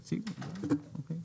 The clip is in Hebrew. תציגו אוקיי.